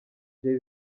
jay